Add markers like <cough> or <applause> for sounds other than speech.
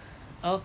<breath> okay